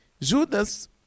Judas